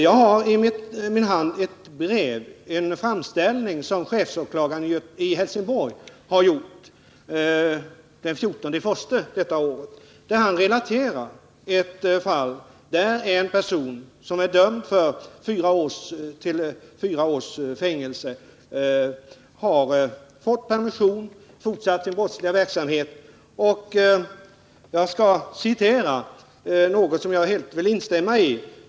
Jag har i min hand en framställning som chefsåklagaren i Helsingborg har gjort den 14 januari i år. Han relaterar ett fall, där en person som dömts till fyra års fängelse har fått permission och fortsatt sin brottsliga verksamhet. Jag skall ur brevet citera något som jag vill instämma i.